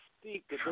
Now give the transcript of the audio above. speak